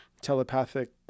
telepathic